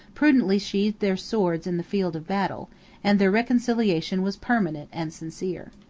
prudently sheathed their swords in the field of battle and their reconciliation was permanent and sincere.